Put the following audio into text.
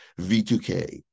V2K